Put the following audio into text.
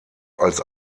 als